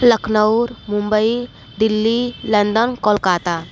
Lucknow Mumbai Delhi London Kolkata